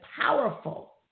powerful